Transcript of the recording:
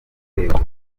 urwego